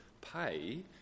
pay